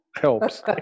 helps